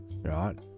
Right